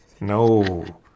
no